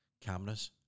cameras